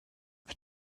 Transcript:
più